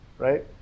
right